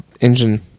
engine